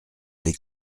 les